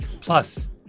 Plus